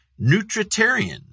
Nutritarian